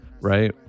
right